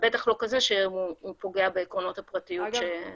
ובטח לא כזה שפוגע בעקרונות הפרטיות שהצבנו.